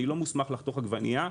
אני לא מוסמך לחתוך עגבנייה.